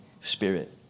Spirit